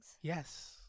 yes